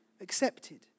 accepted